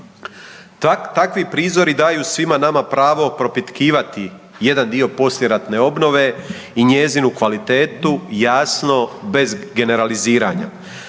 Takvi prizori daju svima nama pravo propitkivati jedan dio poslijeratne obnove i njezinu kvalitetu jasno bez generaliziranja.